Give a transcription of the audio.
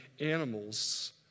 animals